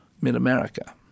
mid-America